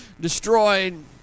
destroyed